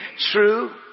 true